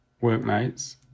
workmates